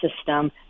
system